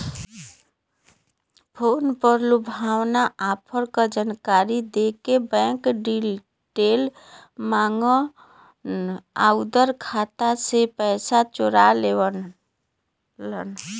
phone पर लुभावना offer क जानकारी देके बैंक डिटेल माँगन आउर खाता से पैसा चोरा लेवलन